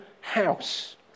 house